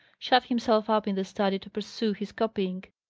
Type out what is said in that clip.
shut himself up in the study to pursue his copying.